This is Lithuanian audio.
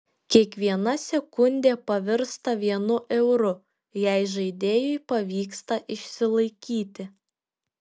kiekviena sekundė pavirsta vienu euru jei žaidėjui pavyksta išsilaikyti